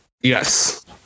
Yes